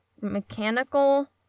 mechanical